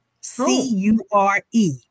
C-U-R-E